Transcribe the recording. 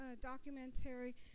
documentary